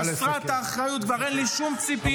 -- חסרת האחריות, כבר אין לי שום ציפיות.